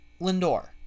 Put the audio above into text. Lindor